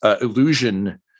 illusion